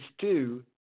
two